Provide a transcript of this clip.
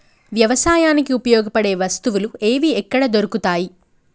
వ్యవసాయానికి ఉపయోగపడే వస్తువులు ఏవి ఎక్కడ దొరుకుతాయి?